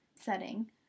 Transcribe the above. setting